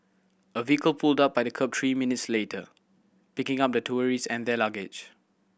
a vehicle pulled up by the kerb three minutes later picking up the tourist and their luggage